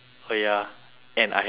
and I have B_C_A